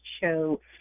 show